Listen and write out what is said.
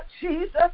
Jesus